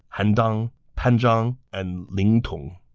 han dang, pan zhang, and ling tong.